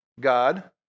God